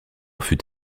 fut